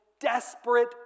desperate